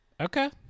Okay